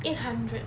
eight hundred